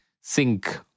sink